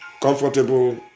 Comfortable